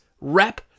rep